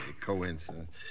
coincidence